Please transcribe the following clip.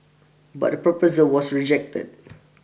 but the proposal was rejected